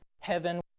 Heaven